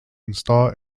install